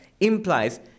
implies